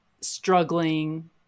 struggling